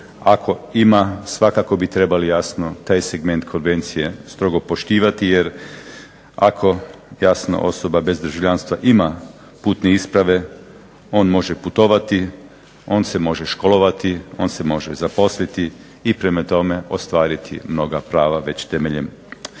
Ako ima svakako bi trebali jasno taj segment konvencije strogo poštivati jer ako jasno osoba bez državljanstva ima putne isprave on može putovati, on se može školovati, on se može zaposliti i prema tome ostvariti mnoga prava već temeljem